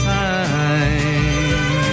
time